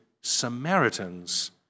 Samaritans